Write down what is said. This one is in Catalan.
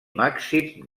màxim